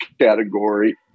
category